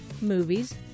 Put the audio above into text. movies